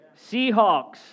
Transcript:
Seahawks